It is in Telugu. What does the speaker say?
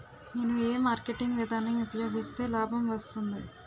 నేను ఏ మార్కెటింగ్ విధానం ఉపయోగిస్తే లాభం వస్తుంది?